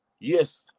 yes